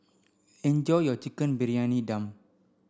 enjoy your Chicken Briyani Dum